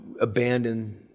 abandon